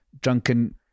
drunken